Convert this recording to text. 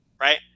right